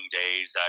days